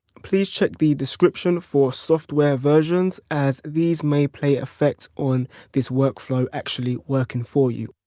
please check the description for software versions as these may play affect on this workflow actually working for you.